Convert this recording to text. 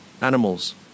animals